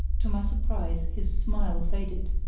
to my surprise his smile faded,